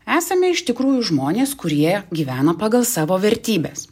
esame iš tikrųjų žmonės kurie gyvena pagal savo vertybes